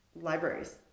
libraries